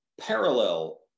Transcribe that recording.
parallel